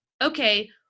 okay